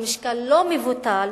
ומשקל לא מבוטל,